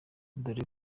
dore